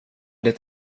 det